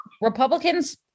Republicans